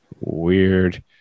Weird